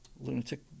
Lunatic